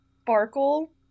sparkle